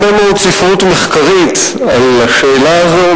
יש הרבה מאוד ספרות מחקרית על השאלה הזאת,